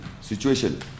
situation